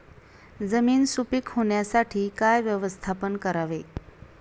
जमीन सुपीक होण्यासाठी काय व्यवस्थापन करावे?